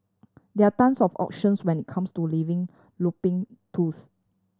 there tons of options when it comes to living looping tools